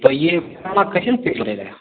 तो ये